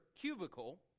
cubicle